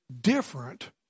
different